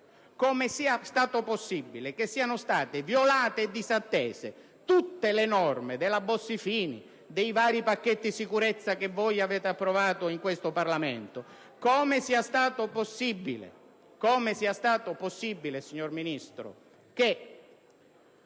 risale all'ottobre del 2008), siano state violate e disattese tutte le norme della legge Bossi-Fini e dei vari pacchetti sicurezza che voi avete approvato in questo Parlamento; come sia stato possibile, signor Ministro, che